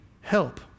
help